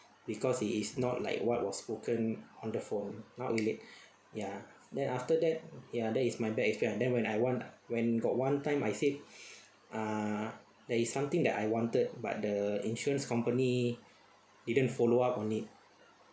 because it is not like what was spoken on the phone not relate ya then after that ya that is my bad experience then when I want when got one time I think uh there is something that I wanted but the insurance company didn't follow up on it